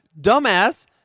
dumbass